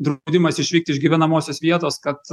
draudimas išvykti iš gyvenamosios vietos kad